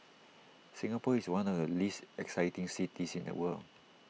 Singapore is one of the least exciting cities in the world